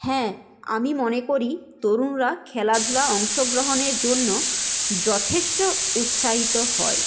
হ্যাঁ আমি মনে করি তরুণরা খেলাধুলা অংশগ্রহণের জন্য যথেষ্ট উৎসাহিত হয়